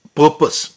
purpose